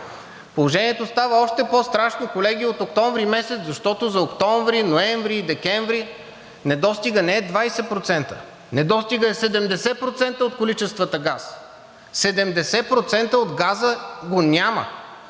Положението става още по-страшно, колеги, от месец октомври, защото за месеците октомври, ноември и декември недостигът не е 20% – недостигът е 70% от количествата газ. 70% от газа го няма!